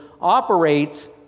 operates